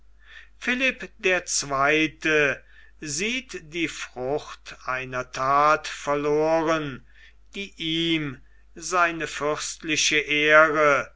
philipp der zweite sieht die frucht einer that verloren die ihm seine fürstliche ehre